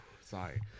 Sorry